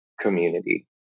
community